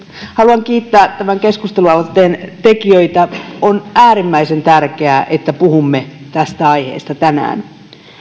haluan kiittää tämän keskustelualoitteen tekijöitä on äärimmäisen tärkeää että puhumme tästä aiheesta tänään